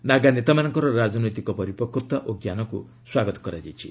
ନାଗା ନେତାମାନଙ୍କର ରାଜନୈତିକ ପରିପକ୍ୱତା ଓ ଜ୍ଞାନକୁ ସ୍ୱାଗତ କରାଯାଇଛି